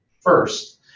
first